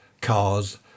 cars